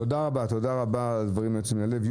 תודה רבה על הדברים היוצאים מן הלב.